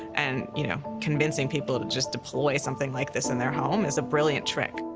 and, you know, convincing people to just deploy something like this in their home is a brilliant trick.